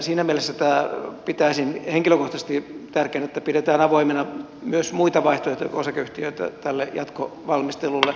siinä mielessä pitäisin henkilökohtaisesti tärkeänä että pidetään avoimena myös muita vaihtoehtoja kuin osakeyhtiöitä tälle jatkovalmistelulle